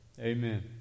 Amen